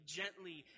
gently